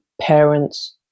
parents